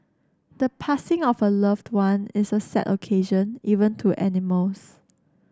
the passing of a loved one is a sad occasion even to animals